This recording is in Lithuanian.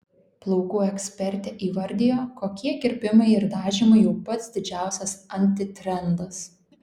plaukų ekspertė įvardijo kokie kirpimai ir dažymai jau pats didžiausias antitrendas